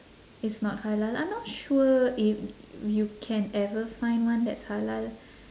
it's not halal I'm not sure if you can ever find one that's halal